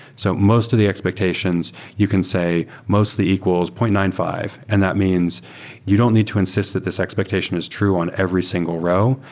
so most of the expectations you can say mostly equals point nine five, and that means you don't need to insist that this expectation is true on every single row.